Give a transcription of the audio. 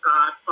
God